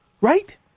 Right